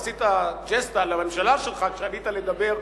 עשית ג'סטה לממשלה שלך כשעלית לדבר.